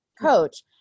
coach